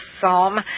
psalm